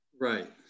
right